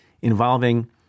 involving